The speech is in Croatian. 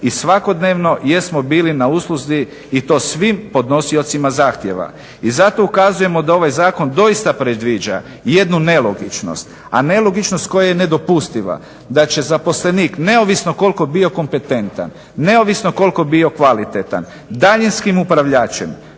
i svakodnevno jer smo bili na usluzi i to svim podnosiocima zahtjeva. I zato ukazujemo da ovaj zakon doista predviđa jednu nelogičnost, a nelogičnost koja je nedopustiva da će zaposlenik neovisno koliko bio kompetentan, neovisno koliko bio kvalitetan daljinskim upravljačem